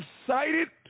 excited